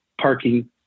parking